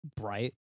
bright